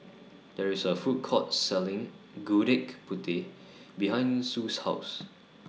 There IS A Food Court Selling Gudeg Putih behind Sue's House